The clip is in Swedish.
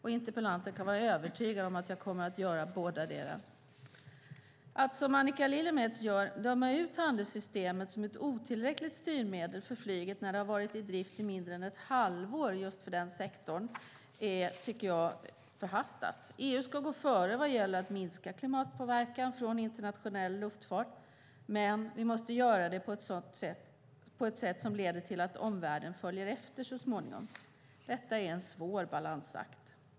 Interpellanten kan vara övertygad om att jag kommer att göra bådadera. Att som Annika Lillemets gör döma ut handelssystemet som ett otillräckligt styrmedel för flyget när det har varit i drift i mindre än ett halvår för just den sektorn tycker jag är förhastat. EU ska gå före vad gäller att minska klimatpåverkan från internationell luftfart. Men vi måste göra det på ett sätt som leder till att omvärlden följer efter så småningom. Det är en svår balansakt.